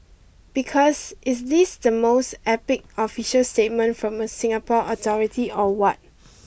because is this the most epic official statement from a Singapore authority or what